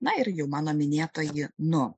na ir jau mano minėtąjį nu